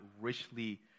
richly